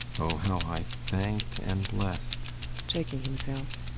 oh, how i thanked and blessed checking himself.